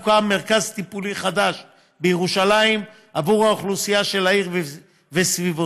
הוקם מרכז טיפולי חדש בירושלים עבור האוכלוסייה של העיר וסביבותיה,